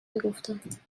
میگفتن